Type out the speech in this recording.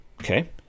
Okay